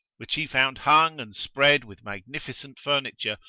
which he found hung and spread with magnificent furniture,